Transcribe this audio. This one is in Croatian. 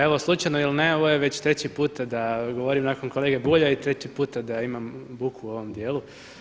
Evo slučajno ili ne, ovo je već treći puta da govorim nakon kolege Bulja i treći puta da imam buku u ovom dijelu.